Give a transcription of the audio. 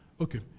Okay